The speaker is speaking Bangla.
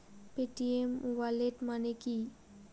পেটিএম ওয়ালেট মানে কি?